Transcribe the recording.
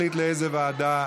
והיא תחליט באיזו ועדה